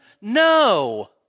No